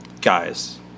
guys